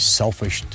selfish